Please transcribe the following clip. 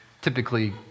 typically